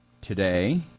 today